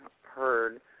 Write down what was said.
heard